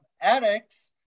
addicts